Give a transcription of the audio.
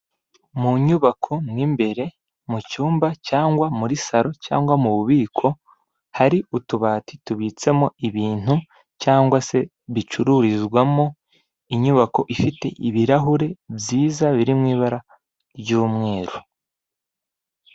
Mu nyubako mo imbere mu cyumba cyangwa muri saro cyangwa mu bubiko, hari utubati tubitsemo ibintu cyangwa se bicururizwamo, inyubako ifite ibirahure byiza biri mu ibara ry'umweru.